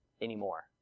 anymore